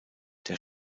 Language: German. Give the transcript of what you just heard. der